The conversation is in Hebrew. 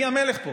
מי המלך פה